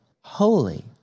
holy